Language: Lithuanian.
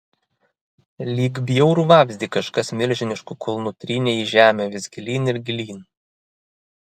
lyg bjaurų vabzdį kažkas milžinišku kulnu trynė į žemę vis gilyn ir gilyn